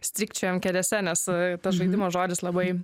strykčiojam kėdėse nes tas žaidimo žodis labai